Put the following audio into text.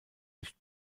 nicht